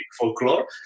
folklore